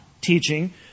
teaching